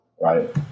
right